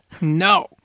No